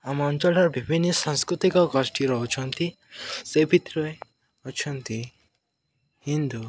ଆମ ଅଞ୍ଚଳର ବିଭିନ୍ନ ସାଂସ୍କୃତିକ ଗୋଷ୍ଠୀ ରହୁଛନ୍ତି ସେ ଭିତରେ ଅଛନ୍ତି ହିନ୍ଦୁ